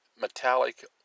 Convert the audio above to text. metallic